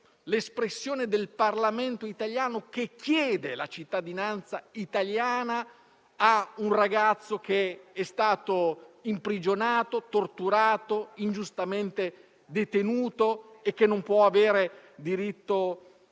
l'espressione del Parlamento italiano che chiede la cittadinanza italiana per un ragazzo che è stato imprigionato, torturato e ingiustamente detenuto, che non può avere diritto